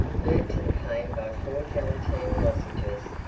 glued to the pane by four gelatine lozenges,